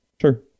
Sure